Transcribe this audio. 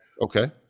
okay